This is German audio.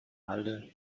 halde